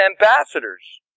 ambassadors